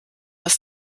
ist